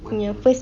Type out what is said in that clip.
punya first